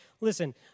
listen